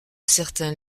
certains